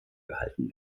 gehalten